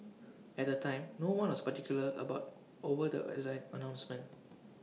at the time no one was particularly about over the announcement